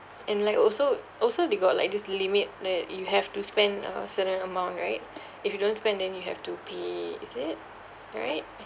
and like also also they got like this limit that you have to spend a certain amount right if you don't spend then you have to pay is it right